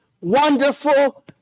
wonderful